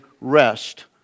rest